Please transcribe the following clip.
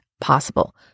possible